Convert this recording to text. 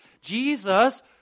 Jesus